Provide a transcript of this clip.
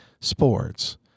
sports